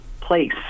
place